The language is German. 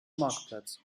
marktplatz